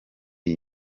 iyi